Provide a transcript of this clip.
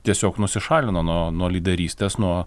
tiesiog nusišalino nuo nuo lyderystės nuo